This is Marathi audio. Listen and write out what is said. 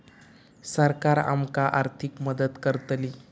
सरकार आमका आर्थिक मदत करतली?